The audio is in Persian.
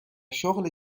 شغل